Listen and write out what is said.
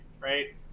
right